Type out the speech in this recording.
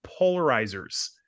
polarizers